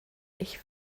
ich